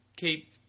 keep